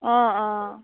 অঁ অঁ